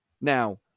Now